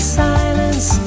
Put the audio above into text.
silence